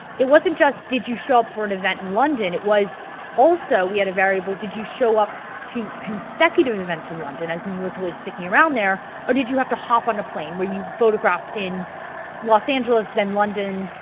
it wasn't just did you show up for an event in london, it was also we had a variable did you show up to consecutive events in london? as in you were fully sticking around there or did you have to hop on a plane? were you photographed in los angeles, then london,